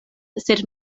sed